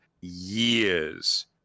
years